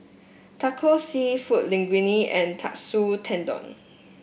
Tacos seafood Linguine and Katsu Tendon